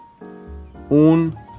un